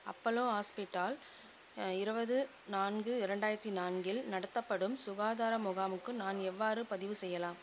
Apollo hospital இருபது நான்கு இரண்டாயிரத்தி நான்கில் நடத்தப்படும் சுகாதார முகாமுக்கு நான் எவ்வாறு பதிவு செய்யலாம்